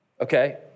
okay